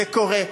זה קורה.